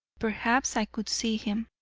perhaps i could see him.